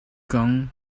gun